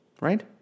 right